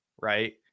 right